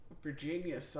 Virginia